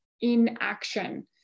inaction